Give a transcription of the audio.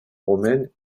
romaine